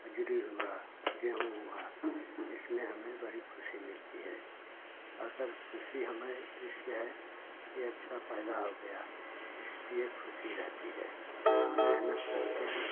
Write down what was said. पंजरी हुआ गेहूँ हुआ इसमें हमे बड़ी खुशी मिलती है अगर खुशी हमें इससे है कि अच्छा पैदा हो गया इसलिए खुशी रहती है हाँ मेहनत करते हैं